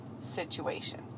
situation